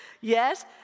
yes